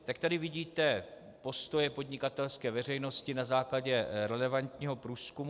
Tak tady vidíte postoje podnikatelské veřejnosti na základě relevantního průzkumu.